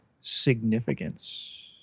Significance